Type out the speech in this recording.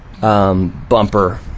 bumper